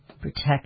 Protect